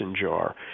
jar